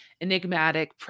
enigmatic